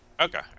Okay